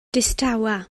distawa